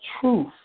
truth